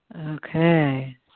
Okay